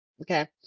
okay